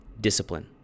Discipline